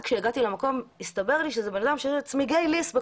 הגעתי למקום והסתבר לי שהבן-אדם הוא בעלי